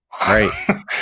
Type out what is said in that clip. right